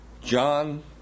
John